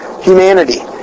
humanity